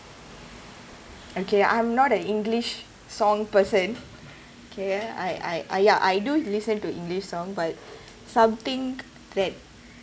okay I'm not a english song person kay I I I ah ya I do listen to english song but something that